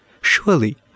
Surely